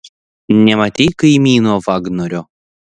nematei kaimyno vagnorio